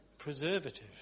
preservative